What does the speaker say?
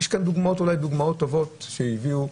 יש כאן דוגמאות טובות שהביאו,